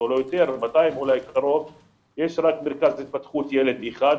יש רק מרכז התפתחות ילד אחד,